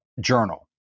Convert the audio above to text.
journal